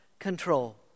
control